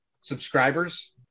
subscribers